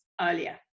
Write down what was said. earlier